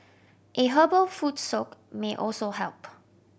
a herbal foot soak may also help